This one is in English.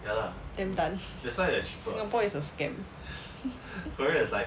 damn done singapore is a scam